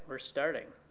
we're starting.